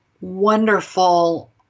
wonderful